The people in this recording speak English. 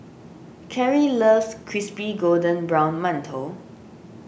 Cary loves Crispy Golden Brown Mantou